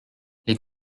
les